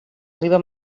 riba